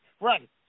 Right